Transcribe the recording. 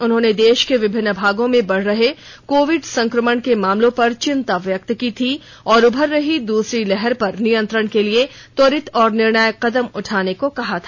उन्होंने देश के विभिन्न भागों में बढ़ रहे कोविड संक्रमण के मामलों पर चिंता व्यक्त की थी और उभर रही दूसरी लहर पर नियंत्रण के लिए त्वरित और निर्णायक कदम उठाने को कहा था